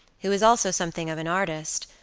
who was also something of an artist,